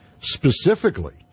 specifically